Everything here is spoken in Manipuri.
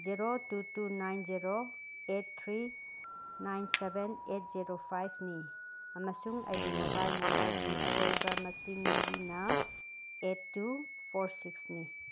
zero two two nine zero eight three nine seven eight zero ꯐꯥꯏꯚꯅꯤ ꯑꯃꯁꯨꯡ ꯑꯩꯒꯤ ꯃꯣꯕꯥꯏꯜ ꯅꯝꯕꯔꯒꯤ ꯑꯔꯣꯏꯕ ꯃꯁꯤꯡ ꯃꯔꯤꯅ ꯑꯩꯠ ꯇꯨ ꯐꯣꯔ ꯁꯤꯛꯁꯅꯤ